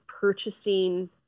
purchasing